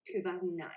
2009